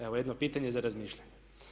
Evo jedno pitanje za razmišljanje.